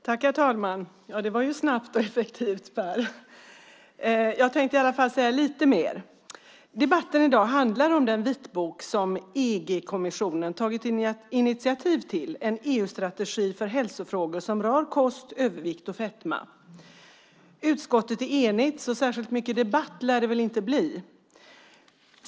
Herr talman! Det var snabbt och effektivt, Per. Jag tänker säga lite mer. Debatten i dag handlar om den vitbok som EG-kommissionen har tagit initiativ till, En EU-strategi för hälsofrågor som rör kost, övervikt och fetma . Utskottet är enigt, så det lär väl inte bli särskilt mycket debatt.